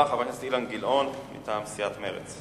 הדובר הבא הוא חבר הכנסת אילן גילאון מטעם סיעת מרצ.